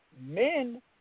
men